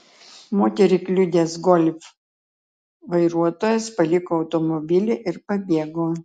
moterį kliudęs golf vairuotojas paliko automobilį ir pabėgo